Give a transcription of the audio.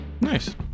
Nice